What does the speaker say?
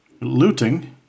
looting